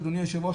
אדוני היושב ראש,